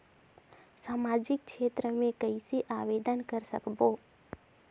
समाजिक क्षेत्र मे कइसे आवेदन कर सकबो?